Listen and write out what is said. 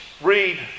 read